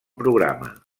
programa